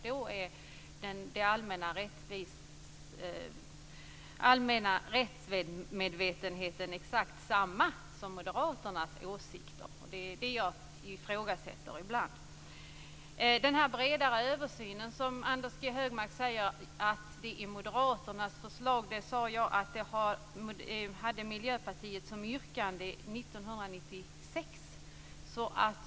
Jag ifrågasätter ibland att den allmänna rättsmedvetenheten exakt överensstämmer med moderaternas åsikter. Anders G Högmark säger att den bredare översynen är moderaternas förslag, men jag sade att Miljöpartiet hade ett sådant yrkande år 1996.